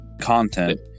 content